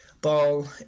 ball